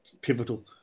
pivotal